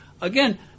again